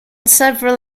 several